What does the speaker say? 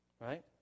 Right